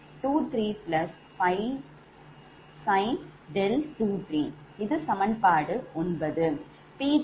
5cos𝛿235sin𝛿23 இது சமன்பாடு 9